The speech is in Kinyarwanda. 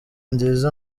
nziza